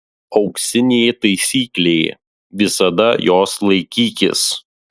auksinė taisyklė visada jos laikykis